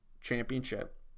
Championship